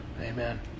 Amen